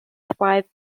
thrive